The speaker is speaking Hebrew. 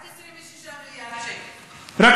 רק 26 מיליארד שקל.